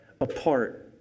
apart